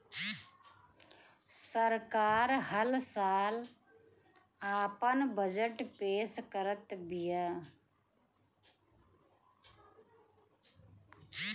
सरकार हल साल आपन बजट पेश करत बिया